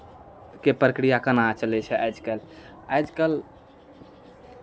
के प्रक्रिया केना चलै छै आइ काल्हि आइ काल्हि